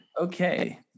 Okay